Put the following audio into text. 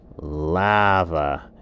lava